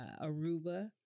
Aruba